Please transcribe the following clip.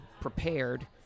prepared